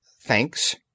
Thanks